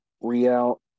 Real